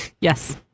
Yes